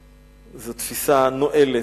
זו תפיסה נואלת,